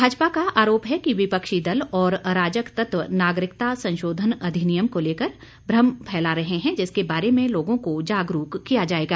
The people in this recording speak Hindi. भाजपा का आरोप है कि विपक्षी दल और अराजक तत्व नागरिकता संशोधन अधिनियम को लेकर भ्रम फैला रहे हैं जिसके बारे में लोगों को जागरूक किया जाएगा